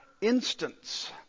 instance